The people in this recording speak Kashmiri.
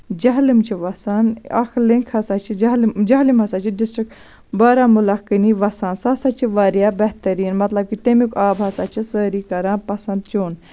جہلِم چھُ وَسان اکھ لِنک ہسا چھِ جَہلِم ہسا چھِ ڈِسٹرک بارہمُلہ کِنی وَسان سُہ ہسا چھِ واریاہ بہتٔریٖن مطلب کہِ تَمیُک آب ہسا چھِ سٲرِی کران پَسنٛد چیٚون